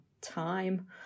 time